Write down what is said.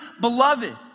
beloved